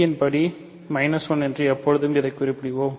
a பார் படி 1 என்று எப்பொழுதும் இதை குறிப்போம்